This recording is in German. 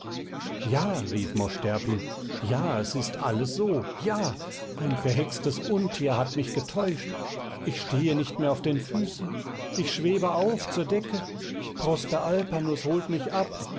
ja rief mosch terpin ja es ist alles so ja ein verhextes untier hat mich getäuscht ich stehe nicht mehr auf den füßen ich schwebe auf zur decke prosper alpanus holt mich ab